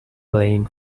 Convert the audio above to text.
playing